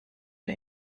der